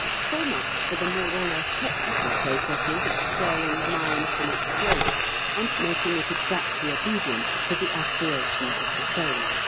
so much for the more or less technical processes of stirring the mind from its sloth and making it exactly obedient to the aspirations of the soul.